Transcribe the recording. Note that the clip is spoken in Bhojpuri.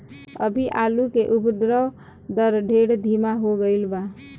अभी आलू के उद्भव दर ढेर धीमा हो गईल बा